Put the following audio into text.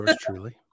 truly